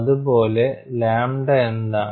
അതുപോലെ ലാംഡ എന്താണ്